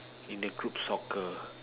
in a group soccer